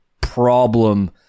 problem